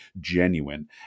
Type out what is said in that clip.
genuine